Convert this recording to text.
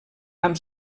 amb